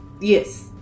Yes